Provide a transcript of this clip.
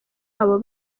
abo